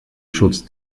schutz